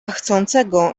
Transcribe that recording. chcącego